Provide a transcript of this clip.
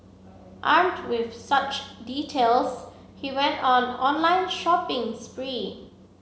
armed with such details he went on online shopping spree